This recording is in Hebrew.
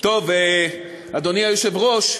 אדוני היושב-ראש,